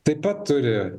taip pat turi